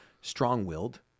strong-willed